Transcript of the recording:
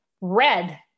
red